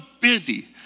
busy